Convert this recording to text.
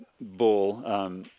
bull